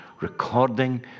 recording